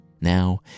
Now